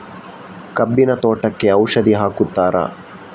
ಕಬ್ಬಿನ ತೋಟಕ್ಕೆ ಔಷಧಿ ಹಾಕುತ್ತಾರಾ?